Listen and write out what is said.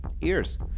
ears